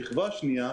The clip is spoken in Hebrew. השכבה השנייה,